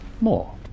more